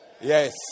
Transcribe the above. Yes